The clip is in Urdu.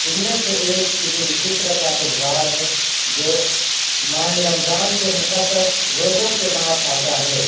ان میں سے ایک عید الفطر کا تہوار ہے جو ماہ رمضان کے مقدس روزوں کے بعد آتا ہے